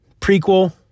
prequel